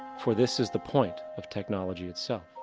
for this is the point of technology itself.